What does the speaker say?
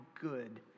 good